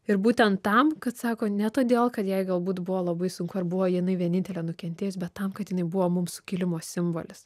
ir būtent tam kad sako ne todėl kad jai galbūt buvo labai sunku ar buvo jinai vienintelė nukentėjus bet tam kad jinai buvo mum sukilimo simbolis